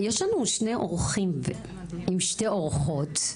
יש לנו שני אורחים עם שתי אורחות.